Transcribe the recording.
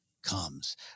comes